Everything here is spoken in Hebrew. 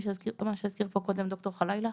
מה שהזכיר פה ד"ר חלאילה: